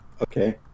Okay